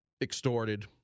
extorted